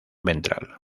ventral